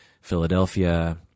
Philadelphia